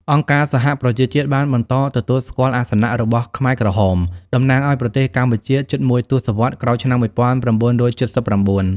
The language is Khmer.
អង្គការសហប្រជាជាតិបានបន្តទទួលស្គាល់អាសនៈរបស់ខ្មែរក្រហម តំណាងឱ្យប្រទេសកម្ពុជាជិតមួយទសវត្សរ៍ក្រោយឆ្នាំ១៩៧៩។